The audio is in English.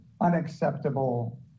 unacceptable